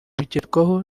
bigerwaho